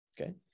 Okay